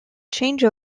change